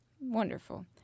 Wonderful